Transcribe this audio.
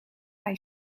hij